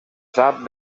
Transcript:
sap